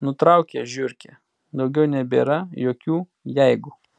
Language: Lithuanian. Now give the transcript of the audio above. nutraukė žiurkė daugiau nebėra jokių jeigu